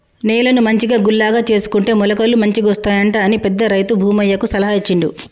నేలను మంచిగా గుల్లగా చేసుకుంటే మొలకలు మంచిగొస్తాయట అని పెద్ద రైతు భూమయ్య సలహా ఇచ్చిండు